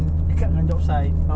dekat dengan job site